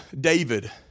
David